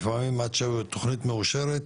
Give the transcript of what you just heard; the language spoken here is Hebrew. לפעמים עד שתכנית מאושרת,